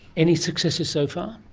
any successes so far?